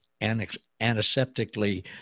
antiseptically